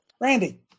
Randy